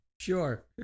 Sure